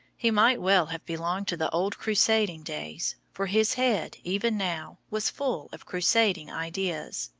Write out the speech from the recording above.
he might well have belonged to the old crusading days, for his head, even now, was full of crusading ideas.